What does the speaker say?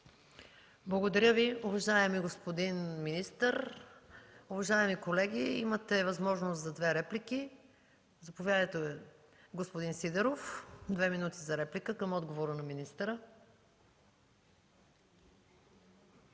Благодаря, уважаеми господин министър. Уважаеми колеги, имате възможност за две реплики. Заповядайте, господин Сидеров – две минути за реплика към отговора на министъра.